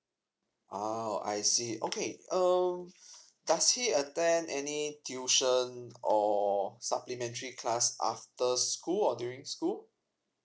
orh I see okay um does he attend any tuition or supplementary class after school or during school